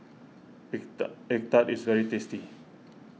Egg Egg Tart Tart is very tasty